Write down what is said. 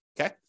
okay